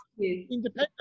independent